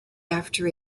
after